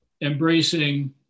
embracing